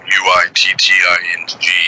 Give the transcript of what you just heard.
U-I-T-T-I-N-G